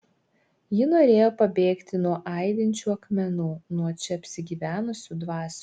ji norėjo pabėgti nuo aidinčių akmenų nuo čia apsigyvenusių dvasių